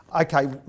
Okay